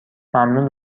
ممنون